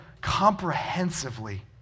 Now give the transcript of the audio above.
comprehensively